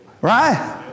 Right